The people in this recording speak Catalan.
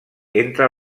entre